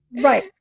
Right